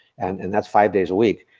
and and that's five days a week.